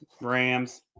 Rams